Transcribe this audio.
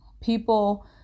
people